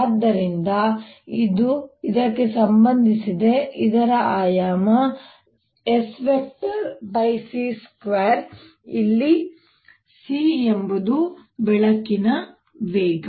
ಆದ್ದರಿಂದ ಇದು ಇದಕ್ಕೆ ಸಂಬಂಧಿಸಿದೆ ಇದರ ಆಯಾಮ Sc2 ಇಲ್ಲಿ c ಎಂಬುದು ಬೆಳಕಿನ ವೇಗ